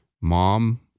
mom